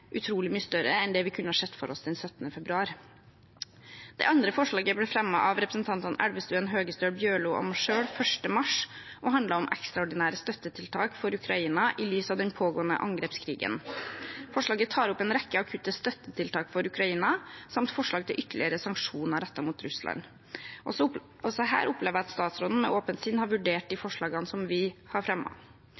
utrolig mye større enn det vi kunne ha sett for oss den 17. februar. Det andre forslaget ble fremmet av representantene Elvestuen, Høgestøl, Bjørlo og meg selv den 1. mars og handlet om ekstraordinære støttetiltak for Ukraina i lys av den pågående angrepskrigen. Forslaget tar opp en rekke akutte støttetiltak for Ukraina samt forslag til ytterligere sanksjoner rettet mot Russland. Også her opplever jeg at statsråden med åpent sinn har vurdert de